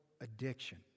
addiction